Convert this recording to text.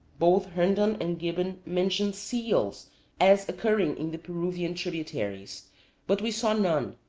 both herndon and gibbon mention seals as occurring in the peruvian tributaries but we saw none,